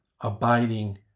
abiding